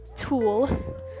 tool